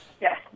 Yes